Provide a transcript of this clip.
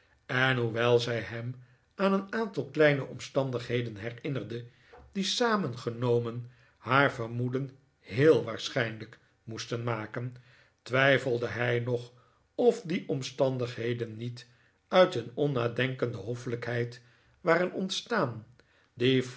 en hoewel zij hem aan een aantal kleine omstandigheden herinnerde die samen genomen haar vermoeden heel waarschijnlijk moesten maken twijfelde hij nog of die omstandigheden niet uit een onnadenkende hoffelijkheid waren ontstaan die